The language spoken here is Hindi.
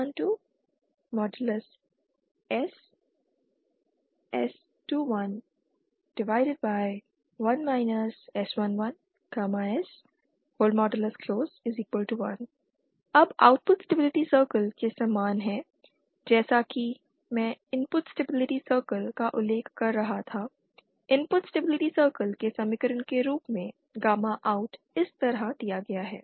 outS1 S22S12SS211 S11S1 अब आउटपुट स्टेबिलिटी सर्कल के समान है जैसा कि मैं इनपुट स्टेबिलिटी सर्कल का उल्लेख कर रहा था इनपुट स्टेबिलिटी सर्कल के समीकरण के रूप में गामा OUT इस तरह दिया गया है